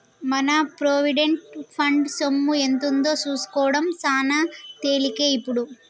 మన provident fund సొమ్ము ఎంతుందో సూసుకోడం సాన తేలికే ఇప్పుడు